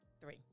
three